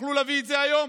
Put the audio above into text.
יכלו להביא את זה היום